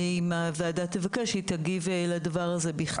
אם הוועדה תבקש, תגיב לדבר הזה בכתב.